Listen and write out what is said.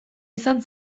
izan